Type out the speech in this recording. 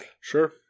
Sure